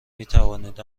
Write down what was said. میتوانید